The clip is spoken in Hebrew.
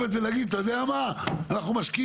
שחקנים